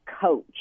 coach